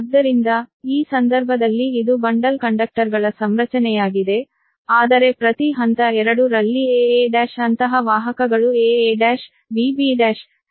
ಆದ್ದರಿಂದ ಈ ಸಂದರ್ಭದಲ್ಲಿ ಇದು ಬಂಡಲ್ ಕಂಡಕ್ಟರ್ಗಳ ಸಂರಚನೆಯಾಗಿದೆ ಆದರೆ ಪ್ರತಿ ಹಂತ 2 ರಲ್ಲಿ aa1 ಅಂತಹ ವಾಹಕಗಳು ಬಲ aa1 bb1 cc1 ಇವೆ